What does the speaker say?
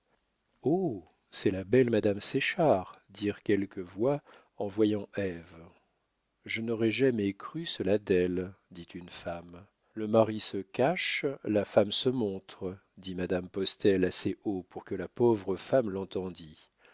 c'est la belle madame séchard dirent quelques voix en voyant ève je n'aurais jamais cru cela d'elle dit une femme le mari se cache la femme se montre dit madame postel assez haut pour que la pauvre femme l'entendît